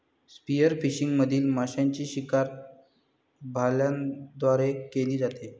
spearfishing मधील माशांची शिकार भाल्यांद्वारे केली जाते